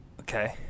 Okay